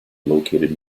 located